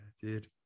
dude